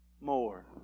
more